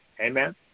Amen